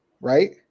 right